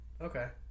Okay